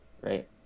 right